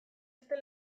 beste